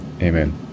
amen